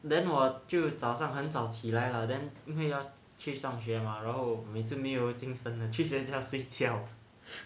then 我就早上很早起来了 then 因为要去上学 mah 然后每次没有精神的去学校睡觉